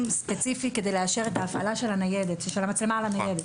כדי לאשר את ההפעלה של המצלמה על הניידת.